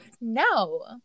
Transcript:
No